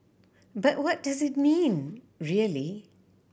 but what does it mean really